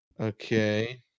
Okay